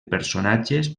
personatges